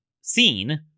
seen